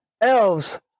Elves